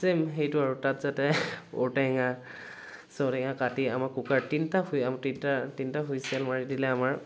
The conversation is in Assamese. চেম সেইটো আৰু তাত যাতে ঔটেঙা চ' ঔটেঙা কাটি আমাৰ কুকাৰ তিনিটা হুই আমাৰ তিনিটা তিনিটা হুইছেল মাৰি দিলে আমাৰ